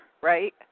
right